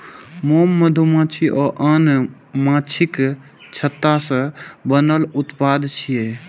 मोम मधुमाछी आ आन माछीक छत्ता सं बनल उत्पाद छियै